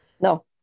no